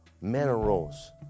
minerals